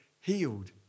healed